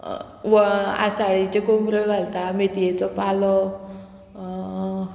आसाळीच्यो कोमऱ्यो घालता मेथयेचो पालो